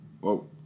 Whoa